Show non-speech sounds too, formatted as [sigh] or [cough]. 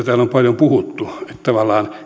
[unintelligible] täällä on paljon puhuttu että tavallaan